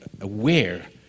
aware